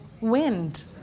wind